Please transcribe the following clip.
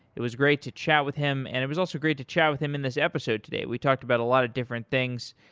it was great to chat with him and it was also great to chat with him in this episode today. we talked about a lot of different things,